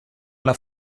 alla